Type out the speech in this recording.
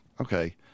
okay